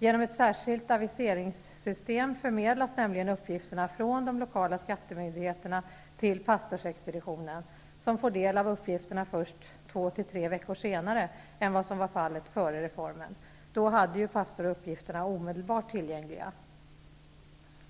Genom ett särskilt aviseringssystem förmedlas nämligen uppgifterna från de lokala skattemyndigheterna till pastorsexpeditionen, som får del av uppgifterna först två till tre veckor senare än vad som var fallet före reformen. Då hade ju pastor uppgifterna omedelbart tillgängliga.